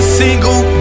single